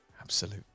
absolute